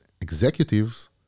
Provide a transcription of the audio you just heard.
executives